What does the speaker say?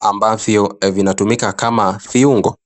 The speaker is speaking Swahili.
ambavyo vinatumika kama viungo.